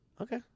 Okay